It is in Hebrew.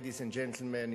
Ladies and gentlemen,